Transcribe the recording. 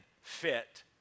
fit